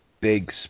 big